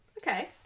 okay